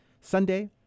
Sunday